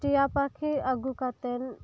ᱢᱤᱨᱩ ᱪᱮᱬᱮ ᱟᱹᱜᱩ ᱠᱟᱛᱮᱫ